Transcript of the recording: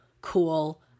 cool